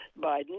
Biden